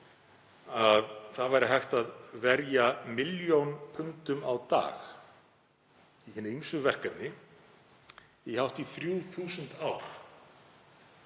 að það væri hægt að verja milljón pundum á dag í hin ýmsu verkefni í hátt í 3.000 ár